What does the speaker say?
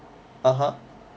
(uh huh)